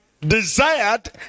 desired